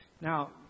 Now